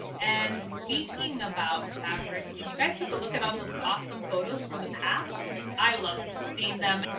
and speaking about fabric, did you guys take a look at all those awesome photos from the past? i loved seeing them,